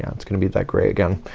and it's gonna be that gray again.